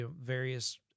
various